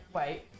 wait